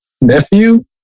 Nephew